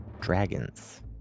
dragons